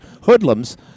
hoodlums